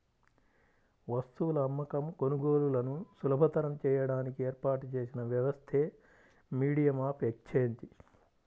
వస్తువుల అమ్మకం, కొనుగోలులను సులభతరం చేయడానికి ఏర్పాటు చేసిన వ్యవస్థే మీడియం ఆఫ్ ఎక్సేంజ్